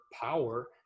power